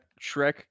Shrek